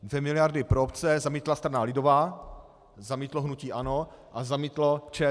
Dvě miliardy pro obce zamítla strana lidová, zamítlo hnutí ANO a zamítlo ČSSD.